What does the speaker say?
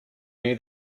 knew